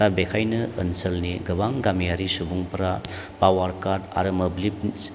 दा बेनिखायनो ओनसोलनि गोबां गामियारि सुबुंफ्रा पावार काट आरो मोब्लिब